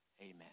amen